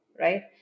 right